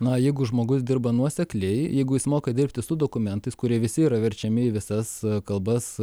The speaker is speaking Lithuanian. na jeigu žmogus dirba nuosekliai jeigu jis moka dirbti su dokumentais kurie visi yra verčiami visas kalbas